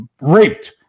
raped